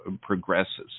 progresses